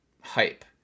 hype